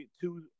two